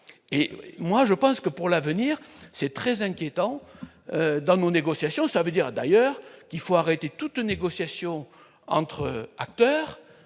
et moi je pense que pour l'avenir, c'est très inquiétant dans le mot négociations, ça veut dire d'ailleurs qu'il faut arrêter toute négociation entre acteurs,